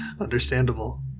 Understandable